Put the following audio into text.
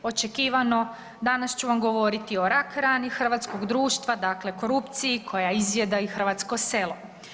Očekivano danas ću vam govoriti o rak rani hrvatskog društva, dakle korupciji koja izjeda i hrvatsko selo.